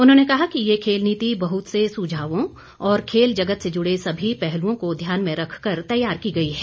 उन्होंने कहा कि यह खेल नीति बहुत से सुझावों और खेल जगत से जुड़े सभी पहलुओं को ध्यान में रखकर तैयार की गई है